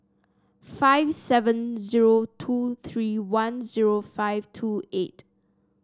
five seven zero two three one zero five two eight